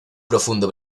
profundo